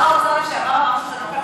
שר האוצר לשעבר אמר שזה לא כלכלי.